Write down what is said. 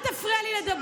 תן לה.